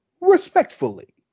respectfully